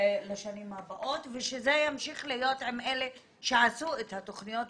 לשנים הבאות ושזה ימשיך להיות עם אלה שעשו את התוכניות,